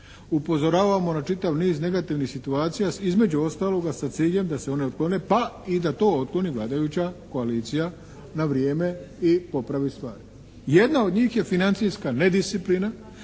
upozoravamo na čitav niz negativnih situacija, između ostaloga sa ciljem da se one otklone pa i da to otkloni vladajuća koalicija na vrijeme i popravi stvari. Jedna od njih je financijska nedisciplina